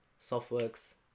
softworks